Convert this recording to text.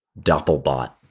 doppelbot